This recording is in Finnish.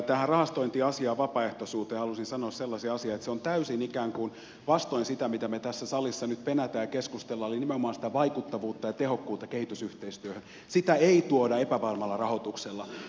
tähän rahastointiasiaan ja vapaaehtoisuuteen haluaisin sanoa sellaisen asian että se on ikään kuin täysin vastoin sitä mitä me tässä salissa nyt penäämme ja mistä me keskustelemme eli nimenomaan sitä vaikuttavuutta ja tehokkuutta kehitysyhteistyöhön ei tuoda epävarmalla rahoituksella